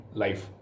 life